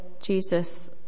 Jesus